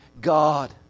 God